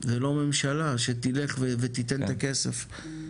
ולא ממשלה שתלך ותיתן את הכסף?